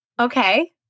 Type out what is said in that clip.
Okay